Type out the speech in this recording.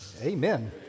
Amen